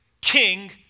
king